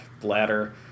bladder